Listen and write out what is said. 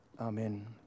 Amen